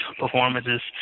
performances